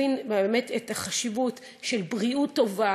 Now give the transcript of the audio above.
להבין באמת את החשיבות של בריאות טובה,